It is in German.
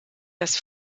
das